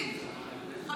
טלי, בהצלחה במרוץ.